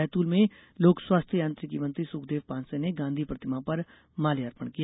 बैतूल में लोकस्वास्थ्य यांत्रिकी मंत्री सुखदेव पांसे ने गांधी प्रतिमा पर माल्यार्पण किया